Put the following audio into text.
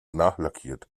nachlackiert